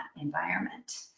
environment